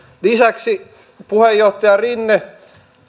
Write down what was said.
lisäksi puheenjohtaja rinne